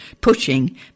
pushing